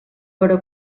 però